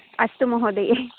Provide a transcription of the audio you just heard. अस्तु महोदये